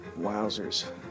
Wowzers